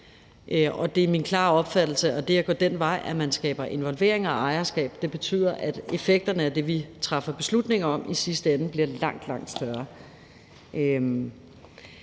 Det er min klare opfattelse, at det at gå den vej, hvor man skaber involvering og ejerskab, betyder, at effekterne af det, vi træffer beslutninger om, i sidste ende bliver langt, langt større.